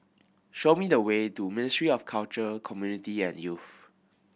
show me the way to Ministry of Culture Community and Youth